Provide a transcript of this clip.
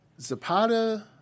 Zapata